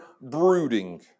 brooding